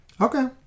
Okay